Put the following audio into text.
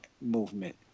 movement